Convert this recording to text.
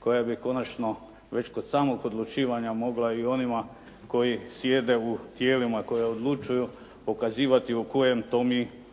koja bi konačno već kod samog odlučivanja mogla i u onima koji sjede u tijelima koji odlučuju pokazivati u kojem to mi omjeru